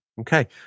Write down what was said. Okay